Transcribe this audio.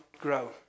grow